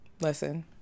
Listen